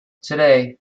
today